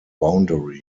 boundary